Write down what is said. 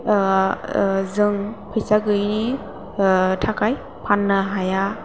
जों फैसा गैयैनि थाखाय फाननो हाया